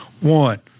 One